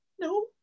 no